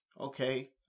okay